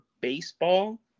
baseball